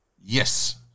Yes